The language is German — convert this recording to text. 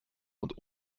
und